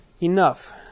enough